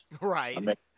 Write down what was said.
Right